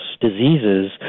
diseases